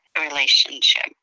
relationship